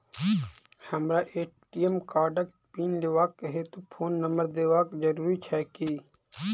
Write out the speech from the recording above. हमरा ए.टी.एम कार्डक पिन लेबाक हेतु फोन नम्बर देबाक जरूरी छै की?